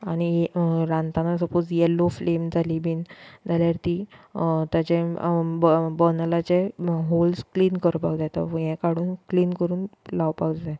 आनी रांदतना suppose yellow flame जाली जाल्यार ती ऑर ताचें बोनलाचे हॉल्स क्लिन करपाक जाय तो खूय हें काडून क्लिन करून लावपाक जाय